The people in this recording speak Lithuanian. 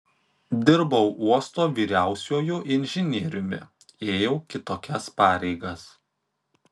dirbau uosto vyriausiuoju inžinieriumi ėjau kitokias pareigas